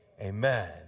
Amen